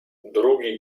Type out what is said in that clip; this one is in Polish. drugi